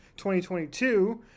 2022